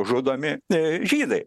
žudomi žydai